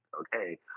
okay